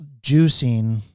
juicing